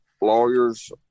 lawyers